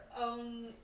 own